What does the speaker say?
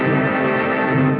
and